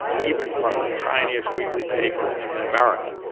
even from the tiniest weekly paper in america.